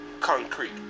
concrete